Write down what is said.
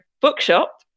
Bookshop